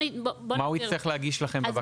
מה הוא יצטרך להגיש לכם בבקשה?